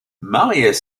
marius